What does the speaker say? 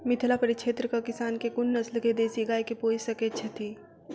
मिथिला परिक्षेत्रक किसान केँ कुन नस्ल केँ देसी गाय केँ पोइस सकैत छैथि?